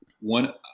One